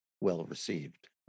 well-received